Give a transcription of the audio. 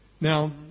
Now